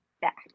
Back